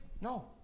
No